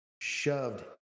shoved